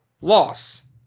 loss